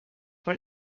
for